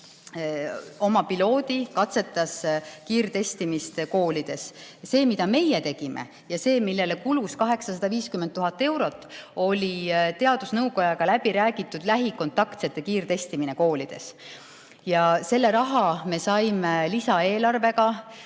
oma piloodi, katsetas kiirtestimist koolis. See, mida meie tegime, see, millele kulus 850 000 eurot, oli teadusnõukojaga läbi räägitud lähikontaktsete kiirtestimine koolides. Ja selle raha me saime lisaeelarvega,